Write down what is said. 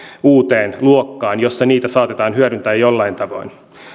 uuteen luokkaan jossa niitä saatetaan hyödyntää jollain tavoin